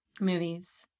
Movies